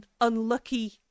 unlucky